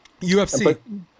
UFC